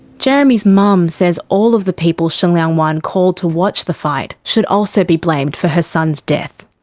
jeremy's mum says all of the people shengliang wan called to watch the fight should also be blamed for her son's death.